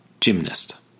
Gymnast